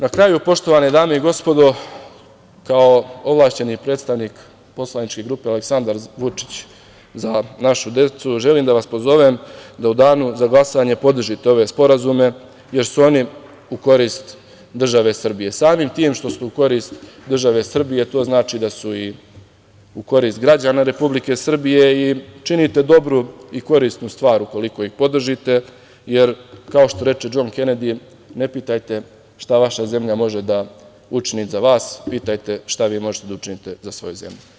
Na kraju, poštovane dame i gospodo, kao ovlašćeni predstavnik poslaničke grupe Aleksandar Vučić - Za našu decu, želim da vas pozovem da u danu za glasanje podržite ove sporazume, jer su oni u korist države Srbije, samim tim što su u korist države Srbije, to znači da su i u korist građana Republike Srbije i činite dobru i korisnu stvar ukoliko ih podržite, jer, kao što reče Džon Kenedi "Ne pitajte šta vaša zemlja može da učini za vas, pitajte šta vi možete da učinite za svoju zemlju"